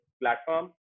platform